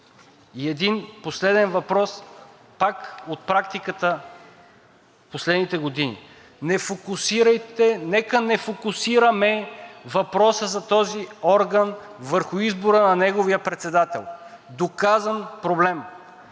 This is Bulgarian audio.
Един последен въпрос пак от практиката в последните години. Нека не фокусираме въпроса за този орган върху избора на неговия председател – доказан проблем.